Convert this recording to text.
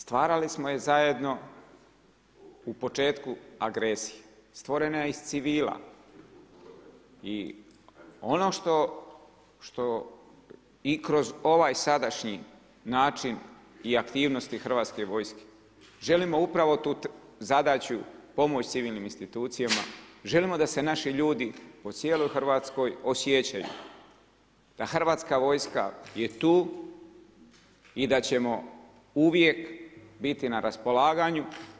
Stvarali smo je zajedno u početku agresije, stvorena je iz civila i ono što i kroz ovaj sadašnji način i aktivnosti Hrvatske vojske želimo upravo tu zadaću pomoći civilnim institucijama, želimo da se naši ljudi po cijeloj Hrvatskoj osjećaju da Hrvatska vojska je tu i da ćemo uvijek biti na raspolaganju.